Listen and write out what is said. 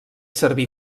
servir